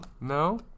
No